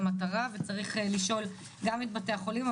המטרה וצריך לשאול גם את בתי החולים,